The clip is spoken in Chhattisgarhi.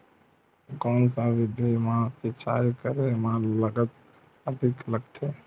कोन सा विधि म सिंचाई करे म लागत अधिक लगथे?